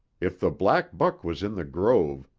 if the black buck was in the grove,